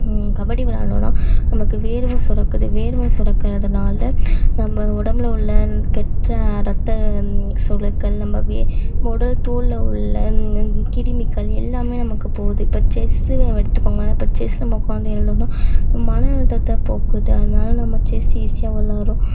கபடி விளையாண்டோம்னா நமக்கு வேர்வை சுரக்குது வேர்வை சுரக்குறதுனால நம்ம உடம்பில் உள்ள கெட்ட ரெத்தம் நம்ம உடல் தோலில் உள்ள கிருமிகள் எல்லாம் நமக்கு போகுது இப்ப செஸ்ஸு எடுத்துக்கோங்க இப்போ செஸ் நம்ம உக்காந்து எழுந்தோம்னா மனஅழுத்தத்தை போக்குது அதனால நம்ம செஸ் ஈஸியாக விளையாடுறோம்